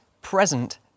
present